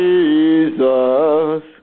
Jesus